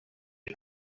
ich